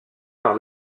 par